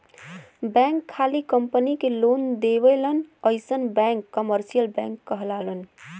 bank खाली company के loan देवलन अइसन बैंक कमर्सियल बैंक कहलालन